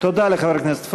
תודה לחבר הכנסת פריג'.